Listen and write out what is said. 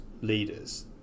leaders